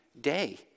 day